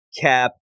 Cap